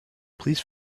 please